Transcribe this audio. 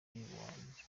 muji